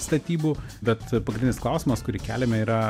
statybų bet pagrindinis klausimas kurį keliame yra